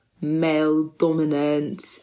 male-dominant